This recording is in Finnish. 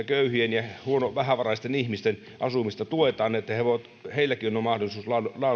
köyhien ja vähävaraisten ihmisten asumista tuetaan että heilläkin on mahdollisuus